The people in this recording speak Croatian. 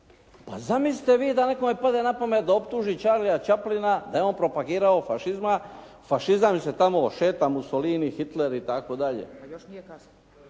Pa zamislite vi da nekome padne na pamet da optuži Charlyja Chaplina da je on propagirao fašizam jer se tamo šeta Mussolini, Hitler i tako dalje.